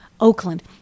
Oakland